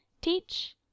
teach